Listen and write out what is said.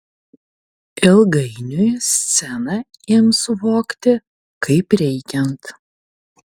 ilgainiui sceną ims suvokti kaip reikiant